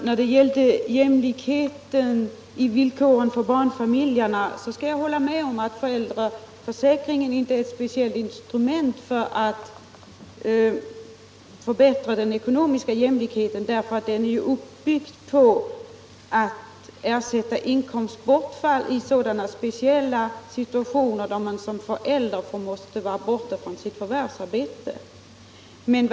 Herr talman! Jag skall hålla med om att föräldraförsäkringen inte är ett instrument som har kommit till speciellt för att förbättra den ekonomiska jämlikheten. Försäkringen skall ju ersätta inkomstbortfall i sådana situationer då en förälder måste vara borta från sitt förvärvsarbete.